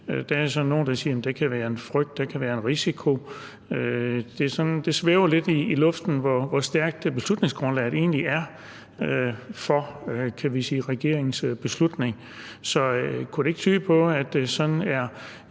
Der er så nogle, der siger, at der kan være en frygt, eller at der kan være en risiko. Det svæver lidt i luften, hvor stærkt beslutningsgrundlaget egentlig er for regeringens beslutning. Så kunne det ikke tyde på, at det er